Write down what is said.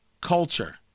culture